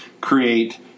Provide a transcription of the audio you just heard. create